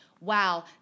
wow